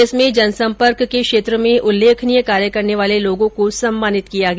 इसमें जनसंपर्क के क्षेत्र में उल्लेखनीय कार्य करने वाले लोगों को सम्मानित किया गया